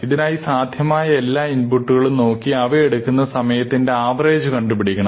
ഇതിനായി സാധ്യമായ എല്ലാ ഇൻപുട്ട്കളും നോക്കി അവയെടുക്കുന്ന സമയത്തിന്റെ ആവറേജ് കണ്ടുപിടിക്കണം